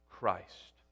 Christ